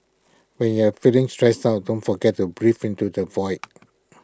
when you are feeling stressed out don't forget to breathe into the void